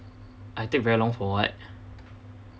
I take very long for what